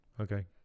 Okay